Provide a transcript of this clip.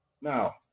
now